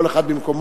כל אחד במקומו,